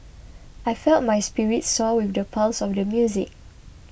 I felt my spirits soar with the pulse of the music